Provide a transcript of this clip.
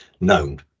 known